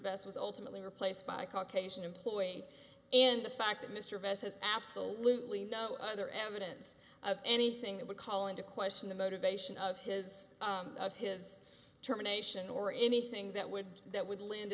best was ultimately replace by caucasian employee and the fact that mr vaz has absolutely no other evidence of anything that would call into question the motivation of his of his determination or anything that would that